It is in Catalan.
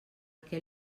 què